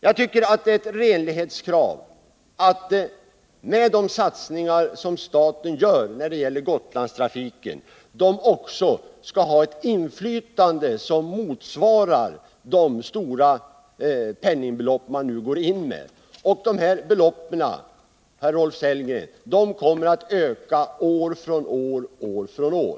Jag tycker att det är ett renlighetskrav att med den satsning som staten gör när det gäller Gotlandstrafiken skall staten också ha ett inflytande som motsvarar de stora penningbelopp man nu går in med. Och de här beloppen, herr Rolf Sellgren, kommer att öka år från år.